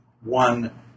one